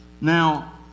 Now